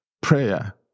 Prayer